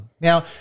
Now